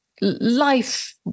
life